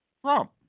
Trump